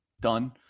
done